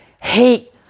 hate